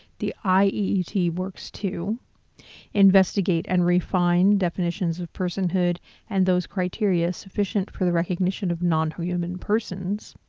the ieet works to investigate and refine definitions of personhood and those criteria sufficient for the recognition of non-human persons,